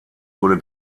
wurde